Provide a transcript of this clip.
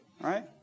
right